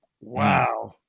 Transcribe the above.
Wow